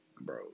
bro